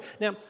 now